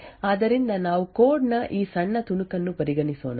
ಆದ್ದರಿಂದ ನಾವು ಕೋಡ್ ನ ಈ ಸಣ್ಣ ತುಣುಕನ್ನು ಪರಿಗಣಿಸೋಣ